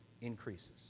Increases